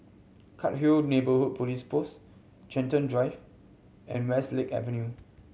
Cairnhill Neighbourhood Police Post Chiltern Drive and Westlake Avenue